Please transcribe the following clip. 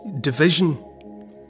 division